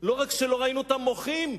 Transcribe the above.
שלא ראינו אותם מוחים,